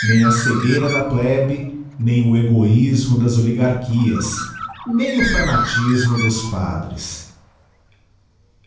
nem a cegueira da plebe nem o egoismo das olygarchias nem o fanatismo dos padres